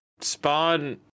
spawn